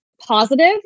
positive